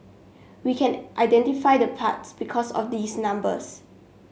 we can identify the parts because of these numbers